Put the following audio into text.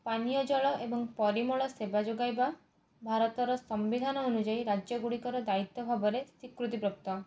ପାନୀୟ ଜଳ ଏବଂ ପରିମଳ ସେବା ଯୋଗାଇବା ଭାରତର ସମ୍ବିଧାନ ଅନୁଯାୟୀ ରାଜ୍ୟ ଗୁଡ଼ିକର ଦାୟିତ୍ଵ ଭାବରେ ସ୍ୱୀକୃତିପ୍ରାପ୍ତ